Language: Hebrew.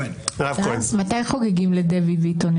מתי חוגגים לדבי ביטון?